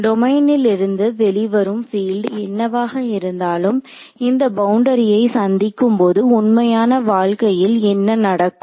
டொமைன்ல் இருந்து வெளிவரும் பீல்டு என்னவாக இருந்தாலும் இந்த பவுண்டரியை சந்திக்கும்போது உண்மையான வாழ்க்கையில் என்ன நடக்கும்